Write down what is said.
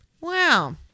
Wow